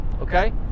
Okay